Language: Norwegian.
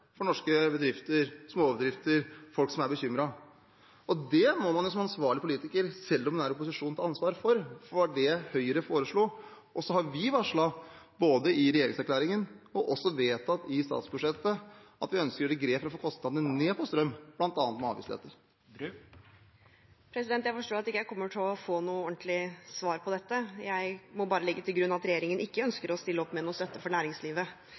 for norske bedrifter, småbedrifter og folk som er bekymret. Det må man som ansvarlig politiker, selv om man er i opposisjon, ta ansvar for – det var det Høyre foreslo. Så har vi varslet, både i regjeringserklæringen og gjennom statsbudsjettet, at vi ønsker å gjøre grep for å få kostnadene ned på strøm, bl.a. med avgiftslettelser. Det åpnes for oppfølgingsspørsmål – først Tina Bru. Jeg forstår at jeg ikke kommer til å få noe ordentlig svar på dette. Jeg må bare legge til grunn at regjeringen ikke ønsker å stille opp med noe støtte for